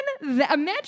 imagine